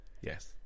Yes